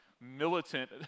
militant